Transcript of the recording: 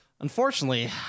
Unfortunately